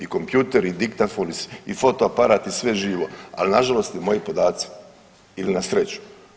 I kompjutor i diktafon i fotoaparat i sve živo, al nažalost i moji podaci ili na sreću.